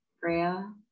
Freya